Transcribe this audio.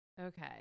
Okay